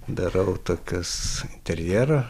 darau tokius interjero